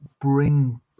bring